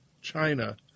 China